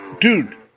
Dude